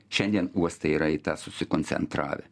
šiandien uostai yra į tą susikoncentravę